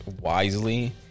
wisely